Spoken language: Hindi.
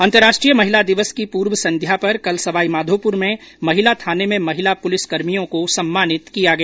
अन्तरराष्ट्रीय महिला दिवस की पूर्व संध्या पर कल सवाई माधोपुर में महिला थाने में महिला पुलिस कर्मियों को सम्मानित किया गया